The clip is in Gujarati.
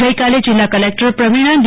ગઇકાલે જિલ્લા કલેક્ટર પ્રવીણા ડી